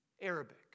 Arabic